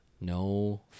No